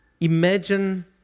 Imagine